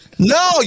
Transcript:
no